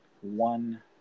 one